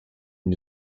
une